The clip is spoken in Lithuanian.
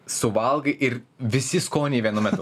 suvalgai ir visi skoniai vienu metu